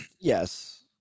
Yes